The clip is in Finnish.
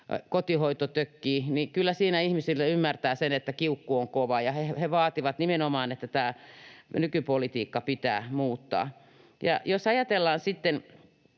kotihoito tökkii. Kyllä siinä ymmärtää sen, että ihmisillä kiukku on kova ja he vaativat nimenomaan, että tämä nykypolitiikka pitää muuttaa. Jos ajatellaan sitten